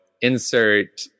insert